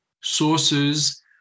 sources